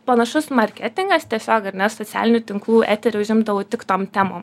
panašus marketingas tiesiog ar ne socialinių tinklų eterį užimdavau tik tom temom